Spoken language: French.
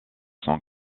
sont